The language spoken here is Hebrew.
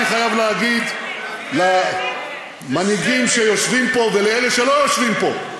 אני חייב להגיד למנהיגים שיושבים פה ולאלה שלא יושבים פה,